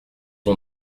ont